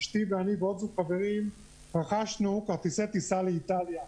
אשתי ואני ועוד זוג חברים רכשנו כרטיסי טיסה לאיטליה.